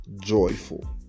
joyful